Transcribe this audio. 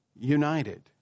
united